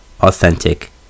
Authentic